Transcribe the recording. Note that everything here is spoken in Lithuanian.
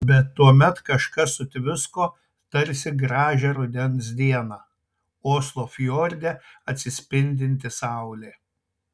bet tuomet kažkas sutvisko tarsi gražią rudens dieną oslo fjorde atsispindinti saulė